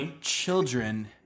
children